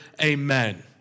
Amen